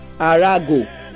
Arago